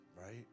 right